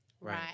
right